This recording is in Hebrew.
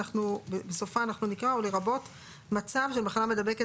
בסופה אנחנו נקרא 'ולרבות מצב של מחלה מידבקת